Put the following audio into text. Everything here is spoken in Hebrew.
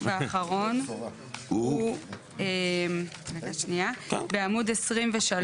והאחרון, הוא בעמוד 23,